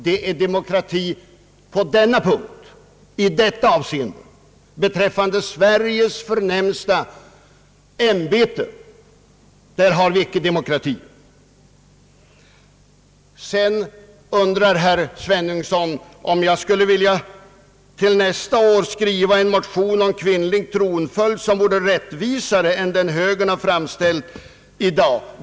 Det är demokrati beträffande Sveriges förnämsta ämbete, som vi icke har. Herr Sveningsson undrar om jag till nästa år skulle vilja skriva en motion om kvinnlig tronföljd, som vore rättvisare än den högern har framlagt i dag.